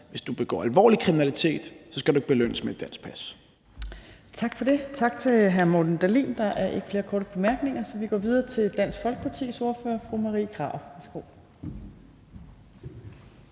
hvis du begår alvorlig kriminalitet, skal du ikke belønnes med et dansk pas. Kl. 17:43 Tredje næstformand (Trine Torp): Tak til hr. Morten Dahlin. Der er ikke flere korte bemærkninger, så vi går videre til Dansk Folkepartis ordfører, fru Marie Krarup. Værsgo.